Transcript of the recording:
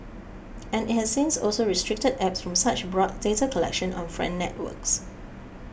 and it has since also restricted apps from such broad data collection on friend networks